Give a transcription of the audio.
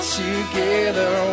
together